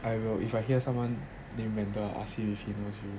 I will if I hear someone named rendall I will asked him if he knows you